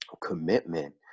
Commitment